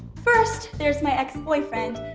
first there's my ex-boyfriend,